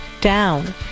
down